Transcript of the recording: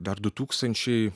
dar du tūkstančiai